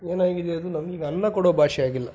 ಏನಾಗಿದೆ ಅದು ನಮ್ಗೆ ಅನ್ನ ಕೊಡೊ ಭಾಷೆಯಾಗಿಲ್ಲ